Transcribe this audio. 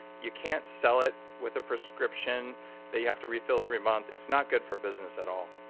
you can't sell it with a prescription that you have to refill every month. it's not good for business at all,